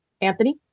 Anthony